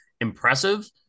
impressive